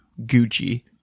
Gucci